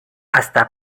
hasta